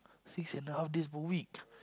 six and half days per week